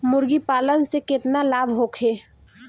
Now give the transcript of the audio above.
मुर्गीपालन से केतना लाभ होखे?